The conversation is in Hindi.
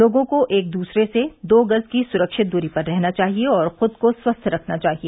लोगों को एक दूसरे से दो गज की सुरक्षित दूरी पर रहना चाहिए और खुद को स्वस्थ रखना चाहिए